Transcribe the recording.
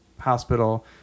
hospital